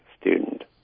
student